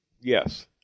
Yes